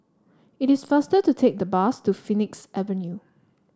it is faster to take the bus to Phoenix Avenue